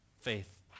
faith